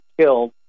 killed